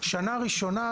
שנה ראשונה,